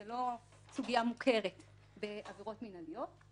זו לא סוגיה מוכרת בעבירות מינהליות.